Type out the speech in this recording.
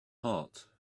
heart